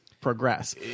Progress